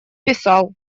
писал